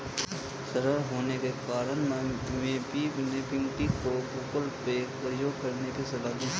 सरल होने के कारण अमीषा ने पिंकी को गूगल पे प्रयोग करने की सलाह दी